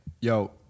yo